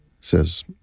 says